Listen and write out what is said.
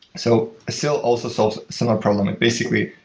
so sil also solves similar problem. ah basically,